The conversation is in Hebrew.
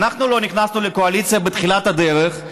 אנחנו לא נכנסנו לקואליציה בתחילת הדרך,